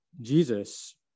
Jesus